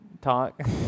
talk